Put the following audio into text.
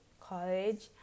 college